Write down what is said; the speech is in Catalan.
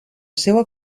seua